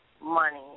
money